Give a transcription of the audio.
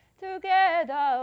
together